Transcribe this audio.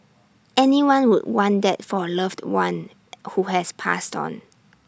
anyone would want that for A loved one who has passed on